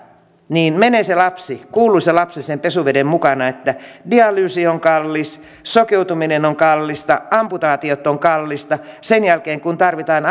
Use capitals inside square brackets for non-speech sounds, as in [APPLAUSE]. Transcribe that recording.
niin menee se kuuluisa lapsi sen pesuveden mukana dialyysi on kallis sokeutuminen on kallista amputaatiot ovat kalliita sen jälkeen kun tarvitaan [UNINTELLIGIBLE]